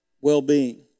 well-being